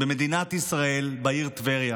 במדינת ישראל, בעיר טבריה,